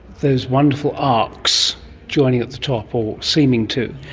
those wonderful arcs joining at the top, or seeming to,